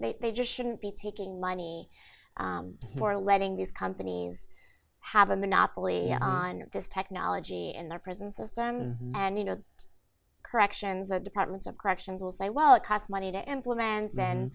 show they just shouldn't be taking money for letting these companies have a monopoly on this technology and their prison systems and you know the corrections the departments of corrections will say well it costs money to implement